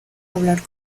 hablar